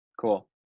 cool